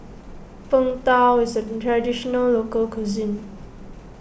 Png Tao is a Traditional Local Cuisine